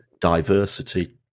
diversity